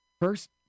First